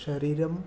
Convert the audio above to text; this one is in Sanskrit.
शरीरं